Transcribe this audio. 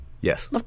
Yes